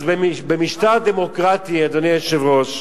אז במשטר דמוקרטי, אדוני היושב-ראש,